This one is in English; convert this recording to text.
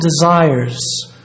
desires